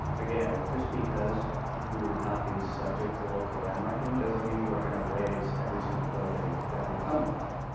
again, just because we would not be subject to local landmarking doesn't mean we are going to raise every single building that we come upon.